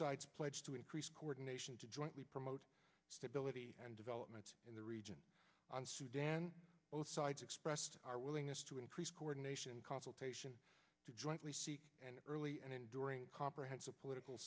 sides pledged to increase coordination to jointly promote stability and development in the region on sudan expressed our willingness to increase coordination consultation to jointly seek an early and enduring comprehensive political